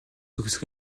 төгсөх